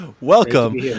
Welcome